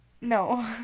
No